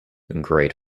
great